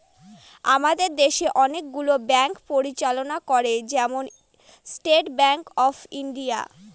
আমাদের দেশে অনেকগুলো ব্যাঙ্ক পরিচালনা করে, যেমন স্টেট ব্যাঙ্ক অফ ইন্ডিয়া